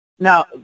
Now